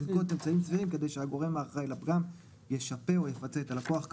סבירים כדי שהגורם האחראי לפגם ישפה או יפצה את הלקוח כאמור.